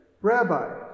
Rabbi